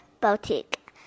Boutique